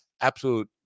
absolute